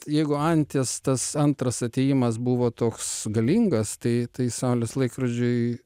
jeigu anties tas antras atėjimas buvo toks galingas tai tai saulės laikrodžiui